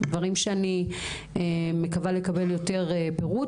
דברים שאני מקווה לקבל עליהם יותר פירוט.